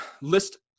list